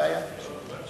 הגעת רק הרגע,